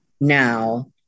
now